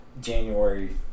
January